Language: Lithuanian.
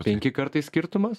penki kartai skirtumas